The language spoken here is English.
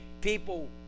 people